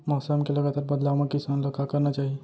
मौसम के लगातार बदलाव मा किसान ला का करना चाही?